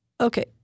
Okay